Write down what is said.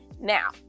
now